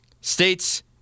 States